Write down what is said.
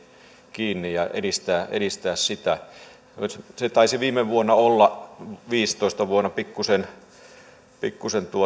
kiinni ja edistää edistää sitä se taisi olla viime vuonna vuonna viisitoista niin että pikkuisen